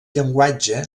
llenguatge